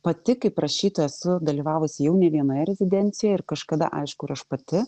pati kaip rašytoja esu dalyvavusi jau ne vienoje rezidencijoj ir kažkada aišku ir aš pati